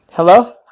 Hello